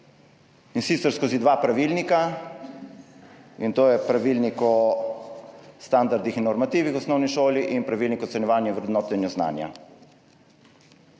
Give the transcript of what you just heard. in sicer skozi dva pravilnika, to sta pravilnik o standardih in normativih v osnovni šoli in pravilnik o ocenjevanju in vrednotenju znanja.